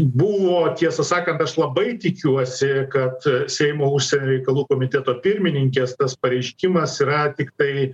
buvo tiesą sakant aš labai tikiuosi kad seimo užsienio reikalų komiteto pirmininkės tas pareiškimas yra tiktai